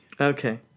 Okay